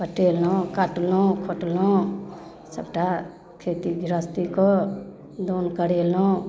पटेलहुँ कटलहुँ खोटलहुँ सबटा खेती गृहस्थीके दौन करेलहुँ